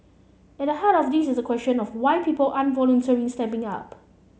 at the heart of this is the question of why people aren't voluntarily stepping up